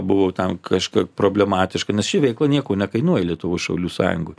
buvau tam kažkam problematiška nes ši veikla nieko nekainuoja lietuvos šaulių sąjungoj